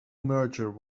merger